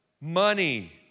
money